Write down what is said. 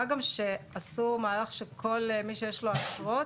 מה גם שעשו מהלך שכל מי שיש לו אשרות,